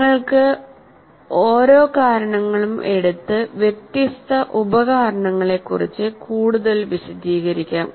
നിങ്ങൾക്ക് ഓരോ കാരണങ്ങളും എടുത്ത് വ്യത്യസ്ത ഉപ കാരണങ്ങളെക്കുറിച്ച് കൂടുതൽ വിശദീകരിക്കാം